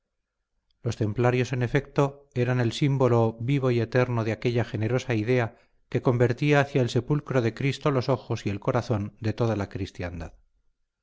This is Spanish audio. los templarios en efecto eran el símbolo vivo y eterno de aquella generosa idea que convertía hacia el sepulcro de cristo los ojos y el corazón de toda la cristiandad